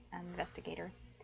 investigators